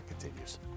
continues